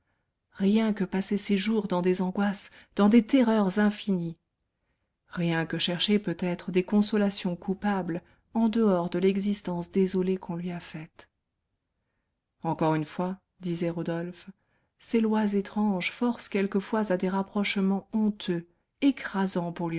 rien que passer ses jours dans des angoisses dans des terreurs infinies rien que chercher peut-être des consolations coupables en dehors de l'existence désolée qu'on lui a faite encore une fois disait rodolphe ces lois étranges forcent quelquefois à des rapprochements honteux écrasants pour